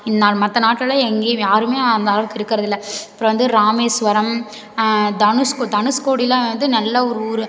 இன் நான் மற்ற நாட்லயெல்லாம் எங்கேயும் யாருமே அந்த அளவுக்கு இருக்கிறதில்ல அப்புறம் வந்து ராமேஸ்வரம் தனுஷ்கோ தனுஷ்கோடிலாம் வந்து நல்ல ஒரு ஊர்